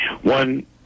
one